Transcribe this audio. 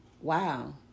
wow